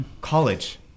College